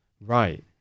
Right